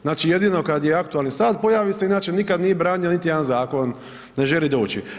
Znači jedino kad je aktualni sat pojavi se inače nikad nije branio niti jedan zakon, ne želi doći.